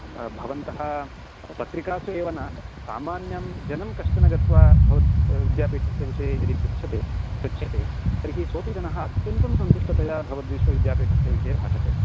भ भवन्तः पत्रिकासु एव न सामान्यं जनं कश्चन गत्वा भवद्विद्यापीठस्य विषये यदि पृच्छते पृच्छ्यते तर्हि सोपि जनः अत्यन्तं सन्तुष्टतया भवद्विश्वविद्यापीठस्य विषये भाषते